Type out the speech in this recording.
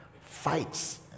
fights